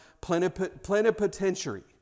plenipotentiary